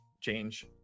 change